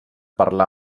parlar